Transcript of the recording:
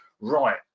right